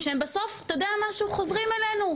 שהם בסוף אתה יודע משהו חוזרים אלינו.